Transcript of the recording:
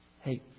hey